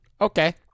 Okay